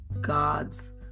God's